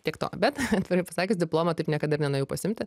tiek to bet atvirai pasakius diplomo taip niekada ir nenuėjau pasiimti